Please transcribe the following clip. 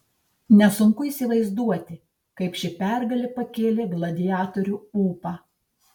nesunku įsivaizduoti kaip ši pergalė pakėlė gladiatorių ūpą